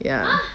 ya